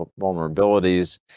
vulnerabilities